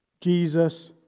Jesus